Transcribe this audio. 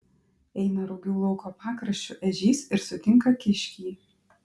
eina rugių lauko pakraščiu ežys ir sutinka kiškį